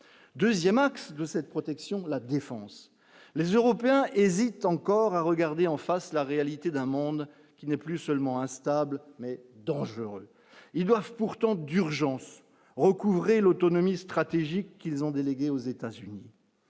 2ème axe de cette protection, la défense, les Européens hésitent encore à regarder en face la réalité d'un monde qui n'est plus seulement instable mais dangereux, ils doivent pourtant d'urgence recouvrer l'autonomie stratégique qu'ils ont délégué aux États-Unis,